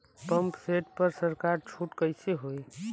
Pump set पर सरकार छूट कईसे होई?